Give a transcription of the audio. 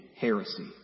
heresy